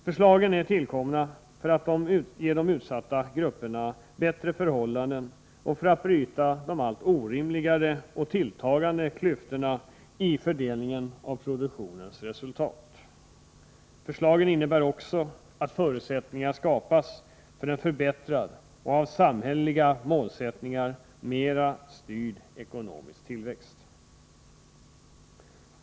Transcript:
Förslagen är tillkomna för att ge de utsatta grupperna bättre förhållanden och för att bryta de allt orimligare och tilltagande klyftorna i fördelningen av produktionens resultat. Förslagen innebär också att förutsättningar skapas för en förbättrad och av samhälleliga målsättningar mera styrd ekonomisk tillväxt.